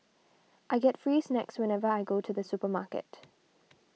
I get free snacks whenever I go to the supermarket